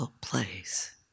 place